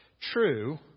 true